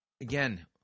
Again